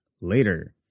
later